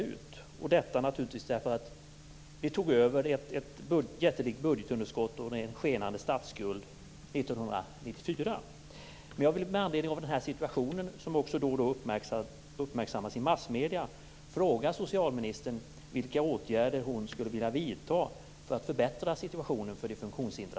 Detta beror naturligtvis på att vi tog över ett jättelikt budgetunderskott och en skenande statsskuld 1994.